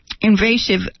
invasive